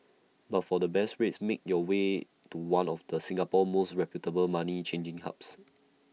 but for the best rates make your way to one of the Singapore's most reputable money changing hubs